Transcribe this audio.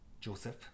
Joseph